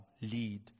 lead